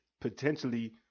potentially